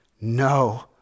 No